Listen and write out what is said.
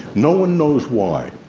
no-one knows why,